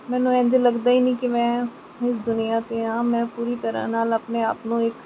ਮੈਨੂੰ ਇੰਝ ਲੱਗਦਾ ਹੀ ਨਹੀਂ ਕਿ ਮੈਂ ਇਸ ਦੁਨੀਆਂ 'ਤੇ ਹਾਂ ਮੈਂ ਪੂਰੀ ਤਰ੍ਹਾਂ ਨਾਲ ਆਪਣੇ ਆਪ ਨੂੰ ਇੱਕ